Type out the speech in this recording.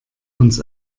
uns